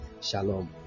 Shalom